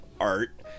art